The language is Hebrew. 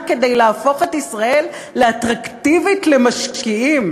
כדי להפוך את ישראל לאטרקטיבית למשקיעים.